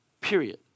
period